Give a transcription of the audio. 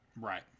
right